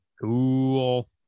Cool